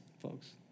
folks